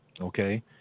Okay